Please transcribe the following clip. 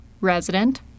Resident